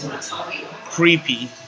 creepy